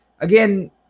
Again